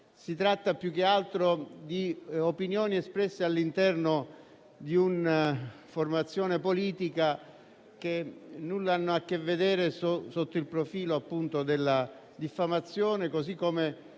Si tratta più che altro di opinioni espresse all'interno di una formazione politica, che nulla hanno a che vedere con il profilo della diffamazione, così come